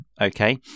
Okay